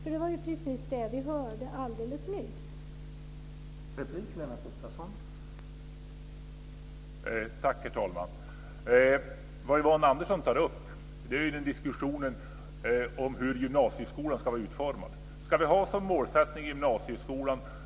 Det är ju precis det som vi alldeles nyss hörde.